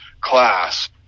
class